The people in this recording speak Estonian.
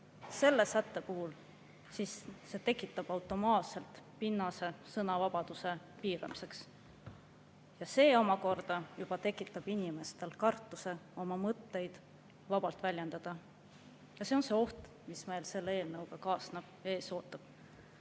õigusselgus, siis see tekitab automaatselt pinnase sõnavabaduse piiramiseks. See omakorda tekitab inimestel kartuse oma mõtteid vabalt väljendada. See on see oht, mis selle eelnõuga kaasneb ja ees ootab.